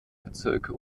bezirke